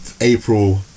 April